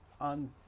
on